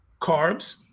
carbs